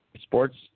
sports